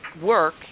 work